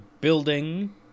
building